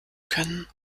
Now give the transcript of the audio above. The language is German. können